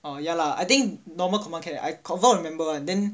oh ya lah I think normal command can I confirm remember [one] then